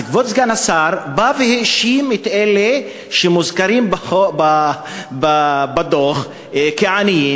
אז כבוד סגן השר בא והאשים את אלה שמוזכרים בדוח כעניים,